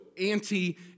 anti